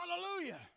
Hallelujah